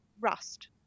rust